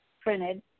printed